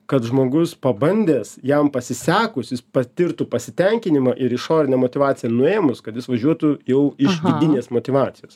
kad žmogus pabandęs jam pasisekus jis patirtų pasitenkinimą ir išorinę motyvaciją nuėmus kad jis važiuotų jau iš vidinės motyvacijos